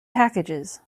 packages